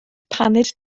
paned